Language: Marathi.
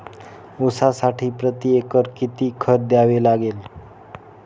ऊसासाठी प्रतिएकर किती खत द्यावे लागेल?